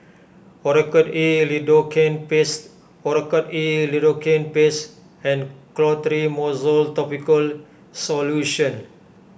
Oracort E Lidocaine Paste Oracort E Lidocaine Paste and Clotrimozole Topical Solution